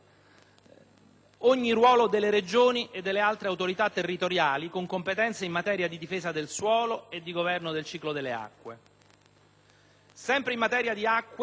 ogni ruolo delle Regioni e delle altre autorità territoriali con competenze in materia di difesa del suolo e di governo del ciclo delle acque.